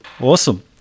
Awesome